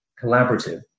collaborative